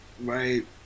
Right